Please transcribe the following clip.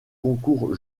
concours